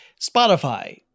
Spotify